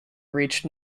reached